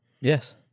Yes